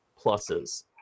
pluses